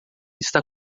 está